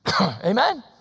Amen